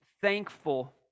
thankful